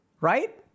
Right